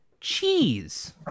cheese